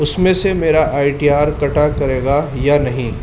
اس میں سے میرا آئی ٹی آر کٹا کرے گا یا نہیں